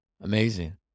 Amazing